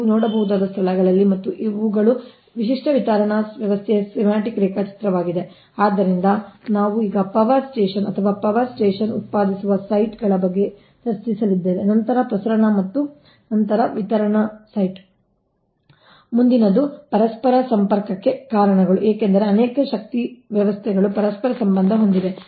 ನೀವು ನೋಡಬಹುದಾದ ಸ್ಥಳಗಳಲ್ಲಿ ಮತ್ತು ಇವುಗಳು ವಿಶಿಷ್ಟ ವಿತರಣಾ ವ್ಯವಸ್ಥೆಯ ಸ್ಕೀಮ್ಯಾಟಿಕ್ ರೇಖಾಚಿತ್ರವಾಗಿದೆ ಆದ್ದರಿಂದ ನಾವು ಈಗ ಪವರ್ ಸ್ಟೇಷನ್ ಅಥವಾ ಪವರ್ ಸ್ಟೇಷನ್ ಉತ್ಪಾದಿಸುವ ಸೈಟ್ಗಳ ಬಗ್ಗೆ ಸ್ವಲ್ಪ ಚರ್ಚಿಸಿದ್ದೇವೆ ನಂತರ ಪ್ರಸರಣ ಮತ್ತು ನಂತರ ವಿತರಣಾ ಸೈಟ್ ಮುಂದಿನದು ಅದು ಪರಸ್ಪರ ಸಂಪರ್ಕಕ್ಕೆ ಕಾರಣಗಳು ಏಕೆಂದರೆ ಅನೇಕ ಶಕ್ತಿ ವ್ಯವಸ್ಥೆಗಳು ಪರಸ್ಪರ ಸಂಬಂಧ ಹೊಂದಿವೆ